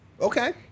Okay